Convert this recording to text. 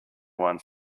one